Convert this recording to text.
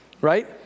right